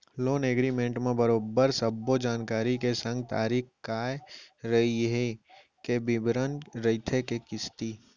loan agreement म बरोबर सब्बो जानकारी के संग तारीख काय रइही के बिबरन रहिथे के किस्ती